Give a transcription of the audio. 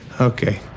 Okay